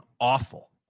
awful